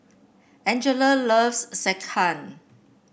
Angella loves Sekihan